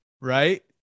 right